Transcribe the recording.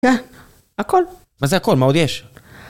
מה? הכל. מה זה הכל? מה עוד יש?